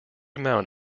amount